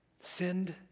Send